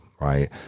right